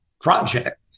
project